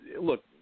Look